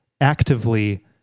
actively